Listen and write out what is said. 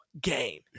game